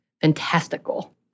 fantastical